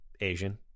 Asian